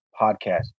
podcast